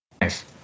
Nice